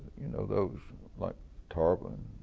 you know, those like tarver and